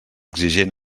exigent